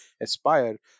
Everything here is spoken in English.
aspire